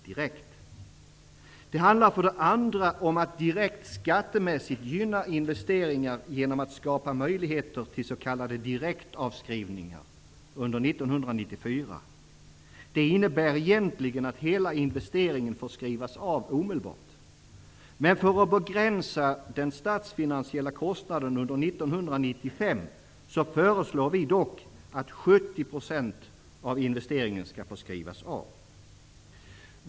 Det handlar för det andra om att direkt skattemässigt gynna investeringar genom att skapa möjligheter till s.k. direktavskrivningar under 1994. Det innebär egentligen att hela investeringen får skrivas av omedelbart. Men för att begränsa den statsfinansiella kostnaden under 1995 föreslår vi dock att 70 % av investeringen skall få skrivas av.